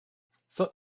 foot